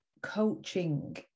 coaching